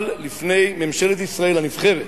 אבל לפני ממשלת ישראל הנבחרת,